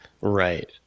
Right